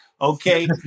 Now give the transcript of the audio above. Okay